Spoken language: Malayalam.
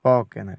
ഓക്കെ എന്നാൽ